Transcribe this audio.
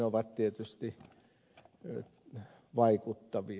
ovat tietysti vaikuttavia